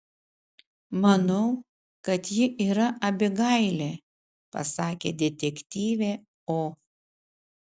manau kad ji yra abigailė pasakė detektyvė o